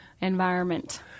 environment